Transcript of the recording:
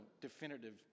definitive